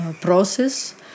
process